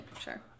sure